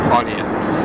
audience